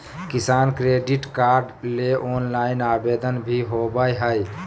किसान credit card ले online आवेदन भी होबय हय